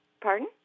Pardon